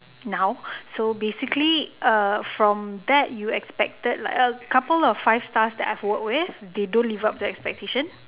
now so basically uh from that you expected like a couple of five stars I've worked with they don't live up to expectation